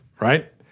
right